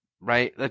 right